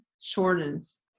shortens